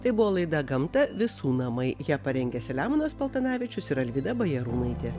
tai buvo laida gamta visų namai ją parengė selemonas paltanavičius ir alvyda bajarūnaitė